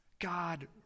god